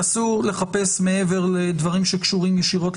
שאסור לחפש מעבר לדברים שקשורים ישירות?